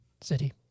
city